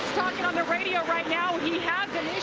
and on the radio right now. he has